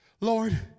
Lord